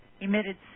emitted